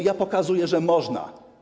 Ja pokazuję, że można.